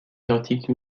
identique